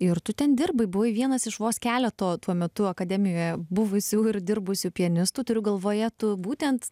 ir tu ten dirbai buvai vienas iš vos keleto tuo metu akademijoje buvusių ir dirbusių pianistų turiu galvoje tu būtent